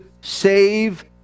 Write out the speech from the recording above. save